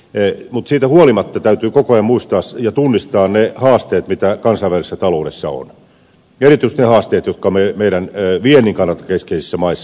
mutta siitä huolimatta täytyy koko ajan muistaa ja tunnistaa ne haasteet mitä kansainvälisessä taloudessa on ja erityisesti ne haasteet jotka ovat meidän vientimme kannalta keskeisissä maissa